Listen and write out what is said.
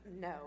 No